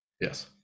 Yes